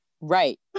right